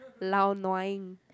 lau-nua ing